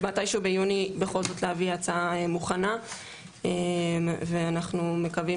מתישהו ביוני בכל זאת להביא הצעה מוכנה ואנחנו מקווים